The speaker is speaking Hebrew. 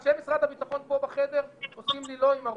אנשי משרד הביטחון פה חדר עושים לי לא עם הראש,